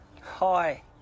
Hi